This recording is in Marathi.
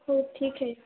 हो ठीक आहे